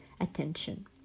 attention